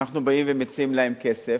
אנחנו באים ומציעים להן כסף,